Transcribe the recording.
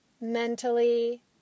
Mentally